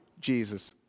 Jesus